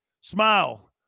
Smile